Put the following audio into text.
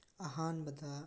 ꯑꯍꯥꯟꯕꯗ